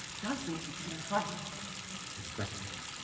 does make it seem final it had better be